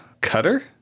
Cutter